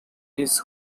his